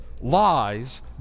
lies